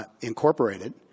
Incorporated